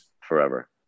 forever